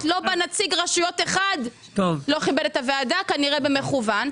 אז לא בא נציג רשויות אחד - כנראה זה היה במכוון.